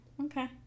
Okay